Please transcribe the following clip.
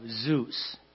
Zeus